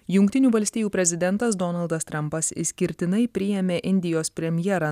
jungtinių valstijų prezidentas donaldas trampas išskirtinai priėmė indijos premjerą